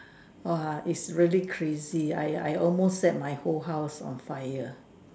!wah! it's really crazy I I I almost set my whole house on fire